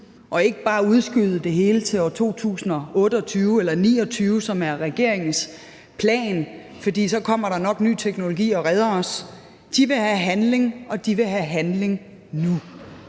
og ikke bare udskyde det hele til år 2028 eller 2029, som er regeringens plan, fordi så kommer der nok ny teknologi og redder os. De vil have handling – og de vil have handling nu.